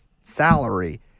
salary